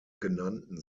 genannten